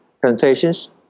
presentations